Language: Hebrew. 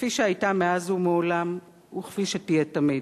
כפי שהיתה מאז ומעולם וכפי שתהיה תמיד.